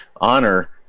honor